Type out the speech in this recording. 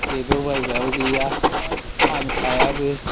बेदर बायग्राबो गैया फानखायाबो